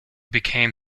became